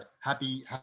happy